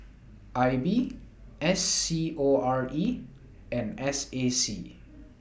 I B S C O R E and S A C